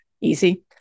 Easy